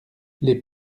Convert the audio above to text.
les